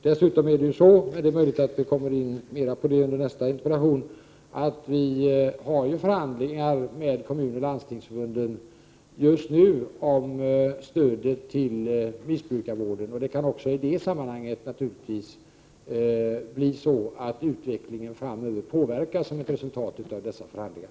Dessutom — och det är möjligt att vi kommer in på det mera i samband med nästa interpellation — har vi förhandlingar med Kommunoch Landstingsförbunden just nu om stödet till nissbrukarvården. Det kan naturligtvis också i det sammanhanget bli så att itvecklingen framöver påverkas som ett resultat av dessa förhandlingar.